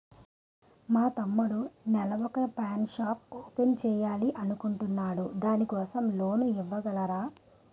మా తమ్ముడు నెల వొక పాన్ షాప్ ఓపెన్ చేయాలి అనుకుంటునాడు దాని కోసం లోన్ ఇవగలరా?